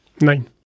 Nine